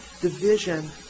Division